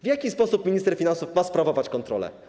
W jaki sposób minister finansów ma sprawować kontrolę?